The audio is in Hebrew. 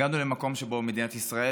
הגענו למקום שבו מדינת ישראל,